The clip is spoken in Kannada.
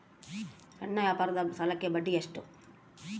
ಸಣ್ಣ ವ್ಯಾಪಾರದ ಸಾಲಕ್ಕೆ ಬಡ್ಡಿ ಎಷ್ಟು?